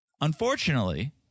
Unfortunately